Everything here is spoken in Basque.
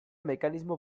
mekanismo